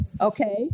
Okay